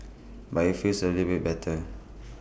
but IT feels A little bit better